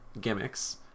gimmicks